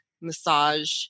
massage